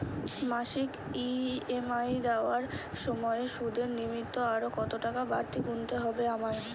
মাসিক ই.এম.আই দেওয়ার সময়ে সুদের নিমিত্ত আরো কতটাকা বাড়তি গুণতে হবে আমায়?